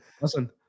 listen